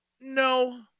No